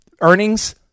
earnings